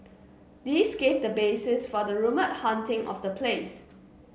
this gave the basis for the rumoured haunting of the place